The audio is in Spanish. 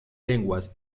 lenguas